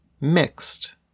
mixed